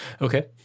Okay